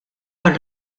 għal